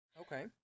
Okay